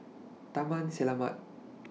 Taman Selamat